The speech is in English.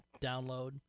download